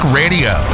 radio